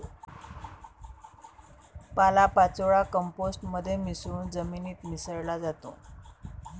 पालापाचोळा कंपोस्ट मध्ये मिसळून जमिनीत मिसळला जातो